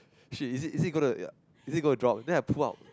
shit is it is it gonna to ya is it gonna to drop then I pull out